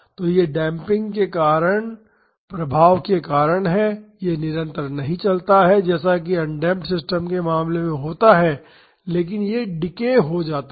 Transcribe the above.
तो यह डेम्पिंग के कारण प्रभाव के कारण है यह निरंतर नहीं चलता है जैसा कि अनडेम्प्ड सिस्टम्स के मामले में होता है लेकिन यह डीकेय हो जाता है